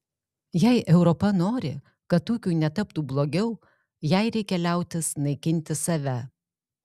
jei europa nori kad ūkiui netaptų blogiau jai reikia liautis naikinti save